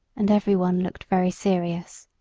and every one looked very serious.